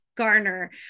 Garner